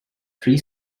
three